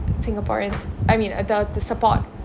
singaporeans I mean the the support